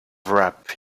wrapped